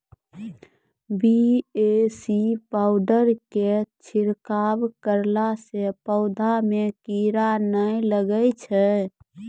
BAC powder के छिड़काव करला से पौधा मे कीड़ा नैय लागै छै?